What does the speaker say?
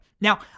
Now